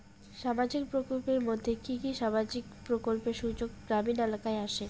সামাজিক প্রকল্পের মধ্যে কি কি সামাজিক প্রকল্পের সুযোগ গ্রামীণ এলাকায় আসে?